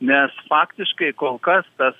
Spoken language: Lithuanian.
nes faktiškai kol kas tas